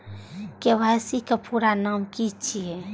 KYC के पूरा नाम की छिय?